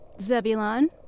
Zebulon